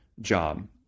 job